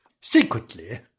secretly